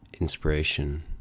inspiration